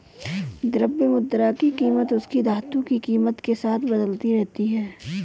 द्रव्य मुद्रा की कीमत उसकी धातु की कीमत के साथ बदलती रहती है